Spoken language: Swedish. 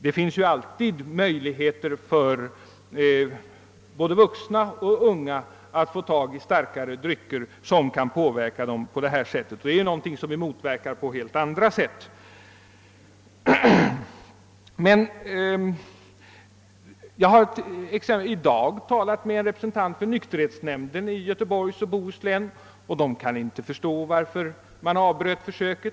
Det finns ju alltid möjligheter för både vuxna och ungdomar att få tag i starkare drycker som kan leda till dylika förseelser, och detta är något som vi får försöka motverka på helt andra sätt. Jag har i dag talat med en representant för nykterhetsnämnden i Göteborgs och Bohus län, och denne kan inte heller förstå varför man avbrutit försöket.